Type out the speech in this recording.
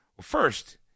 first